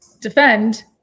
defend